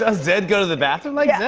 ah zed go to the bathroom like yeah